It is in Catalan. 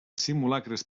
simulacres